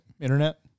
Internet